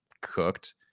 cooked